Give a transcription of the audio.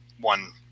one